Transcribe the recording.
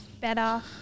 Better